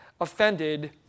offended